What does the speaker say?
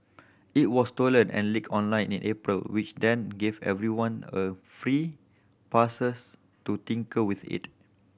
it was stolen and leaked online in April which then gave everyone a free passes to tinker with it